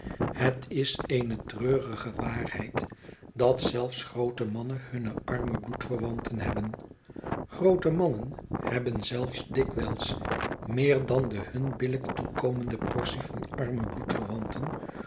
het is eene treurige waarheid dat zelfs groote mannen hunne arme bloedverwanten hebben groote mannen hebben zelfs dikwijls meer dan de hun billijk toekomende portie van arme